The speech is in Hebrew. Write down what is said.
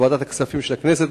גם בוועדת הכספים של הכנסת.